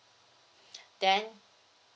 then